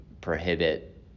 prohibit